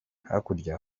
hakurya